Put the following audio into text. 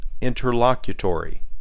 interlocutory